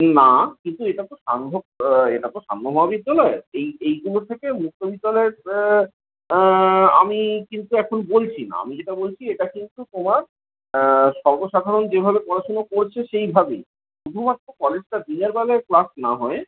না কিন্তু এটা তো সান্ধ্য এটা তো সান্ধ্য মহাবিদ্যালয় এই এইগুলো থেকে মুক্তবিদ্যালয় আমি কিন্তু এখন বলছি না আমি যেটা বলছি এটা কিন্তু তোমার সর্বসাধারণ যেভাবে পড়াশুনো করছে সেইভাবেই শুধুমাত্র কলেজটা দিনেরবেলায় ক্লাস না হয়ে